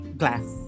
glass